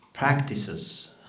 practices